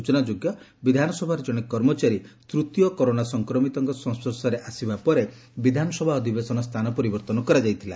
ସ୍ଚନାଯୋଗ୍ୟ ଯେ ବିଧାନସଭାର ଜଣେ କର୍ମଚାରୀ ତୂତୀୟ କରୋନା ସଂକ୍ରମିତଙ୍କ ସଂସ୍ୱର୍ଶରେ ଆସିବା ପରେ ବିଧାନସଭା ଅଧିବେଶନ ସ୍ଗାନ ପରିବର୍ତ୍ତନ କରାଯାଇଥିଲା